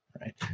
right